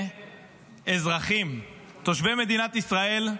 אלפי אזרחים, תושבי מדינת ישראל,